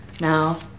Now